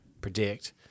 predict